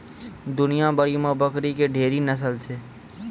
दुनिया भरि मे बकरी के ढेरी नस्ल छै